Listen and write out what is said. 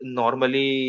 normally